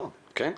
כן.